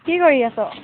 কি কৰি আছ